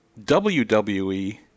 WWE